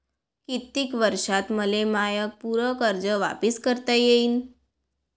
कितीक वर्षात मले माय पूर कर्ज वापिस करता येईन?